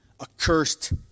Accursed